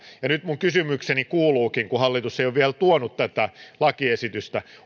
ja nyt minun kysymykseni kuuluukin kun hallitus ei ole vielä tuonut tätä lakiesitystä